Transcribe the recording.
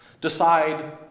Decide